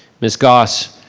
ms. goss,